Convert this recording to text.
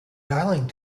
dialling